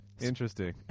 Interesting